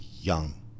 Young